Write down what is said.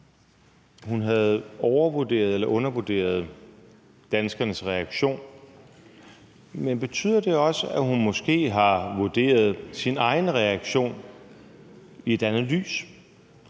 eller undervurderet danskernes reaktion, men betyder det også, at hun måske har vurderet sin egen reaktion i et andet lys?